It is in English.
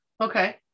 okay